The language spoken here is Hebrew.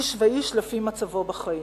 איש ואיש לפי מצבו בחיים.